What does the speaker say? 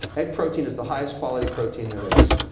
egg protein is the highest-quality protein there is.